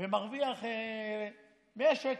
ומרוויח 100 שקל,